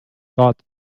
thought